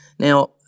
Now